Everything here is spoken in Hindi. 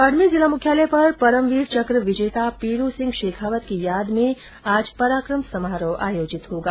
बाड़मेर जिला मुख्यालय पर परमवीर चक विजेता पीरू सिंह शेखावत की याद में पराकम समारोह आयोजित होगा